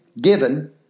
given